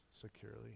securely